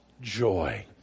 joy